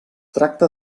tracta